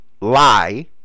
lie